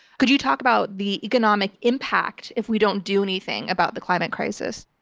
could you talk about the economic impact if we don't do anything about the climate crisis?